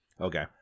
Okay